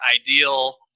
ideal